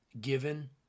given